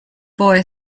boy